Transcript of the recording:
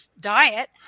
diet